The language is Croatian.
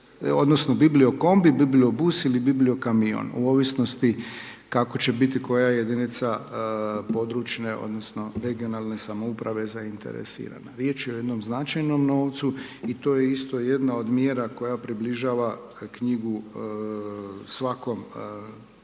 odnosno bibliokombi, bibliobus ili bibliokamion u ovisnosti kako će biti koja jedinica područne odnosno regionalne samouprave zaiteresirana. Riječ je o jednom značajnom novcu i to je isto jedna od mjera koja približava knjigu svakom naselju.